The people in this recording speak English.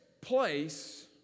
place